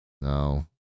No